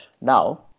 Now